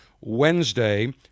Wednesday